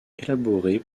élaborées